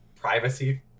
privacy